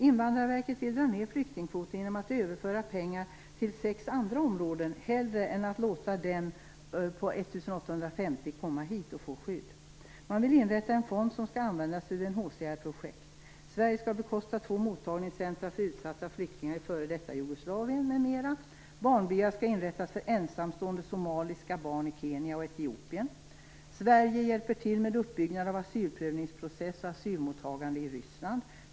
Invandrarverket vill dra ned flyktingkvoten genom att överföra pengar till sex andra områden hellre än att låta de nuvarande 1 850 komma hit och få skydd. Man vill inrätta en fond som skall användas för UNHCR-projekt. Sverige skall bekosta två mottagningscentrum för utsatta flyktingar i f.d. Jugoslavien m.m. Barnbyar skall inrättas för ensamstående somaliska barn i Kenya och Etiopien. Sverige skall hjälpa till med uppbyggnad av asylprövningsprocess och asylmottagande i Ryssland.